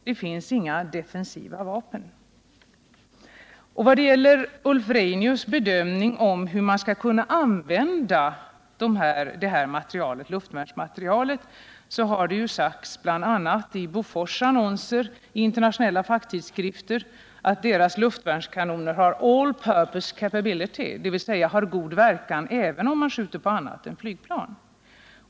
—-—- Det finns inga defensiva vapen.” I bl.a. Bofors annonser i internationella facktidskrifter, har det skrivits att Bofors luftvärnskanoner har ”all purpose capability”, dvs. god verkan även vid skjutning på annat än flygplan.